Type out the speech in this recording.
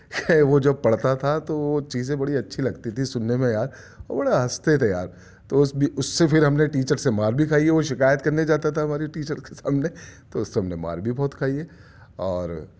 وہ جو پڑھتا تھا تو وہ چیزیں بڑی اچھی لگتی تھی سننے میں یار اور بڑا ہنستے تھے یار تو اس بے اس سے پھر ہم نے ٹیچر سے مار بھی کھائی ہے وہ شکایت کرنے جاتا تھا ہماری ٹیچر کے سامنے تو سب نے مار بھی بہت کھائی ہے اور